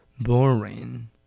boring